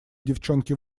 девчонки